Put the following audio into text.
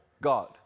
God